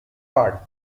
part